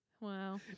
wow